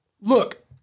look